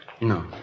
No